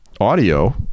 audio